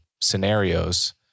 scenarios